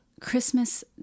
Christmas